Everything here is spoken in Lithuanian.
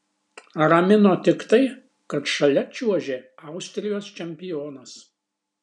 ramino tik tai kad šalia čiuožė austrijos čempionas